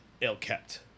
ill-kept